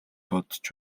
бодож